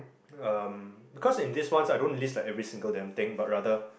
um because in these ones I don't list like every single damn thing but rather